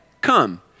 come